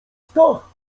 stach